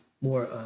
more